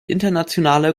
internationale